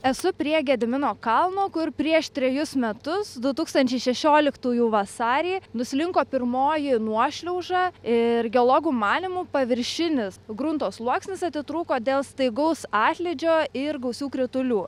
esu prie gedimino kalno kur prieš trejus metus du tūkstančiai šešioliktųjų vasarį nuslinko pirmoji nuošliauža ir geologų manymu paviršinis grunto sluoksnis atitrūko dėl staigaus atlydžio ir gausių kritulių